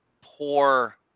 poor